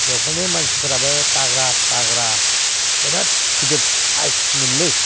बेखायनो मानसिफोराबो थाग्रा थाग्रा बिराद गििर साइसमोनलै